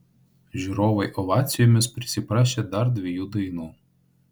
žiūrovai ovacijomis prisiprašė dar dviejų dainų